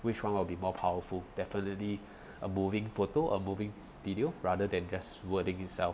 which one will be more powerful definitely a moving photo a movie video rather than just wording itself